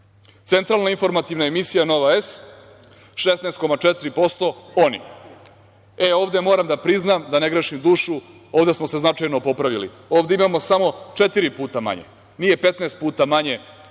nemaju. Centralna informativna emisija Nova S, 16,4% oni. Ovde moram da priznam, da ne grešim dušu, ovde smo se značajno popravili, ovde imamo samo četiri puta manje, nije petnaest puta manje